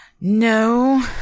no